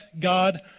God